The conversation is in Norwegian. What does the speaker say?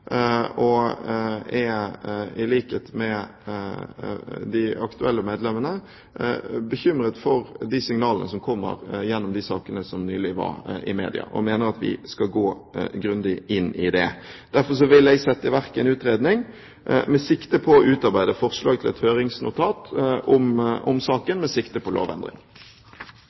og er, i likhet med de aktuelle medlemmene, bekymret for de signalene som har kommet gjennom de sakene som nylig har vært i media. Jeg mener vi skal gå grundig inn i det. Jeg vil derfor sette i verk en utredning med sikte på å utarbeide forslag til et høringsnotat om saken med sikte på lovendring.